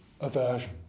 aversion